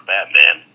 Batman